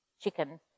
chicken